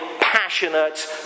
passionate